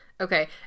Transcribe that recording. Okay